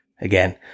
Again